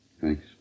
Thanks